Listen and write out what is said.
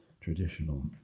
traditional